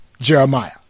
Jeremiah